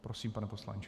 Prosím, pane poslanče.